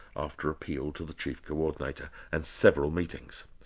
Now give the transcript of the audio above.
after appeal to the chief co-ordinator and several meetings.